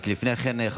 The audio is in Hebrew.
רק לפני כן,